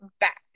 back